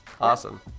Awesome